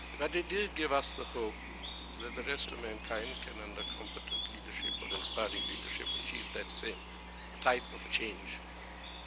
but it did give us the hope that the rest of mankind can under and competent leadership, or inspiring leadership, achieve that same type of change.